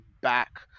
back